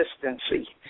consistency